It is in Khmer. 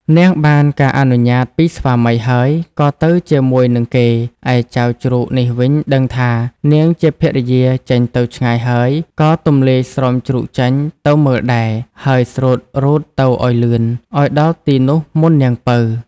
នាងបានការអនុញ្ញាតពីស្វាមីហើយក៏ទៅជាមួយនឹងគេ ឯចៅជ្រូកនេះវិញដឹងថា នាងជាភរិយាចេញទៅឆ្ងាយហើយ ក៏ទំលាយស្រោមជ្រូកចេញទៅមើលដែរ ហើយស្រូតរូតទៅឱ្យលឿន ឱ្យដល់ទីនោះមុននាងពៅ។